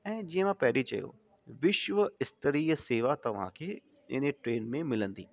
ऐं जीअं मां पहिरी चयो विश्व स्तरीय सेवा तव्हां खे इन ट्रेन में मिलंदी